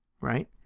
right